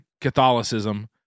Catholicism